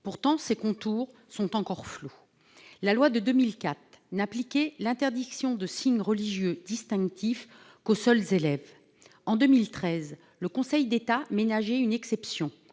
Pourtant, ses contours sont souvent encore flous. La loi de 2004 n'appliquait l'interdiction de signes religieux distinctifs qu'aux seuls élèves. En 2013, le Conseil d'État ménageait une exception